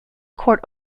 court